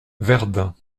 verdun